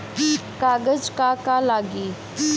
कागज का का लागी?